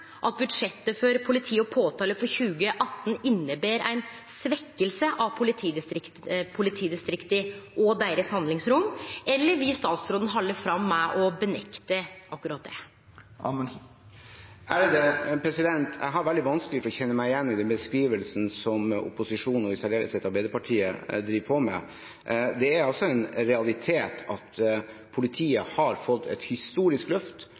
at budsjettet for politi og påtalemakt for 2018 inneber ei svekking av politidistrikta og handlingsrommet deira, eller vil statsråden halde fram med å nekte for akkurat det? Jeg har veldig vanskelig for å kjenne meg igjen i den beskrivelsen som opposisjonen og i særdeleshet Arbeiderpartiet driver på med. Det er en realitet at politiet har fått et historisk løft